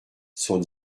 sont